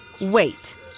Wait